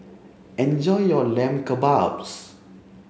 enjoy your lamb kebabs